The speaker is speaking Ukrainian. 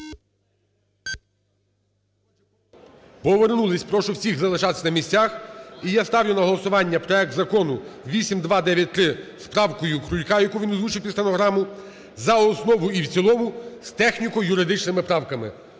Повернулись. Прошу всіх залишатись на місцях. І я ставлю на голосування проект Закону 8293 з правкою Крулька, яку він озвучив під стенограму, за основу і в цілому з техніко-юридичними правками.